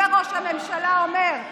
וראש הממשלה אומר: